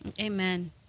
Amen